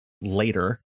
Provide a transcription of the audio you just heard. later